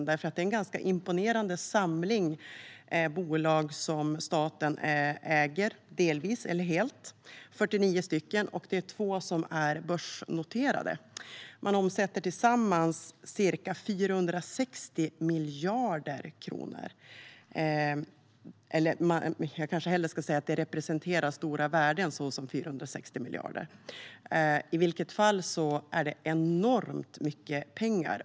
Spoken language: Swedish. Det är nämligen en ganska imponerande samling bolag som staten äger, delvis eller helt: 49 stycken, varav 2 är börsnoterade. De representerar tillsammans stora värden: 460 miljarder kronor. Det är enormt mycket pengar.